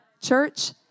church